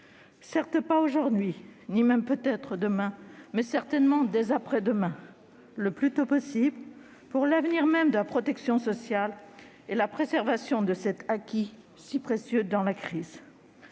certes pas aujourd'hui, ni même peut-être demain, mais certainement dès après-demain, en tout cas le plus tôt possible pour l'avenir même de la protection sociale et la préservation de cet acquis si précieux dans la crise.